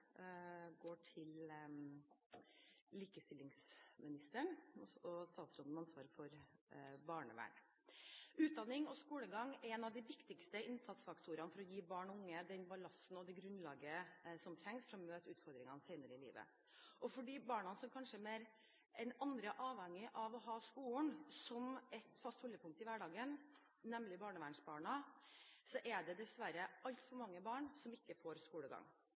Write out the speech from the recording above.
går til likestillingsministeren, statsråden med ansvaret for barnevernet. Utdanning og skolegang er en av de viktigste innsatsfaktorene for å gi barn og unge den ballasten og det grunnlaget som trengs for å møte utfordringer senere i livet. Av de barna som kanskje mer enn andre er avhengige av å ha skolen som et fast holdepunkt i hverdagen, nemlig barnevernsbarna, er det dessverre altfor mange som ikke får den skolegang